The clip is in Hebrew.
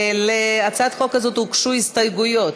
להצעת החוק הזאת הוגשו הסתייגויות.